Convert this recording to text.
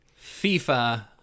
FIFA